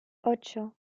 ocho